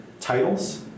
titles